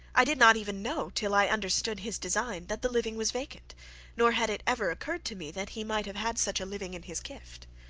i did not even know, till i understood his design, that the living was vacant nor had it ever occurred to me that he might have had such a living in his gift.